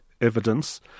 evidence